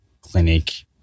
clinic